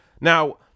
Now